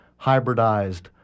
hybridized